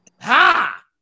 Ha